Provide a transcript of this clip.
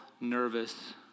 nervous